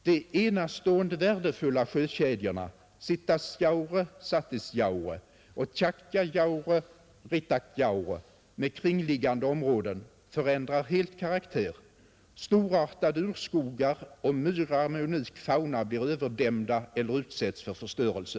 De enastående värdefulla sjökedjorna Sitasjaure —Satisjaure och Tjaktjajaure—Rittakjaure med kringliggande områden förändrar helt karaktär, storartade urskogar och myrar med unik fauna blir överdämda eller utsätts för förstörelse.